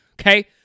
Okay